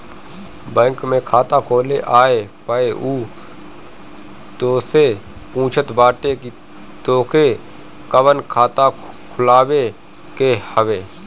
bank में खाता खोले आए पअ उ तोहसे पूछत बाटे की तोहके कवन खाता खोलवावे के हवे